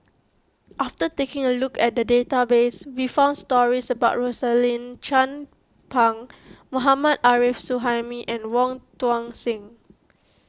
after taking a look at the database we found stories about Rosaline Chan Pang Mohammad Arif Suhaimi and Wong Tuang Seng